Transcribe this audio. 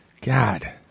God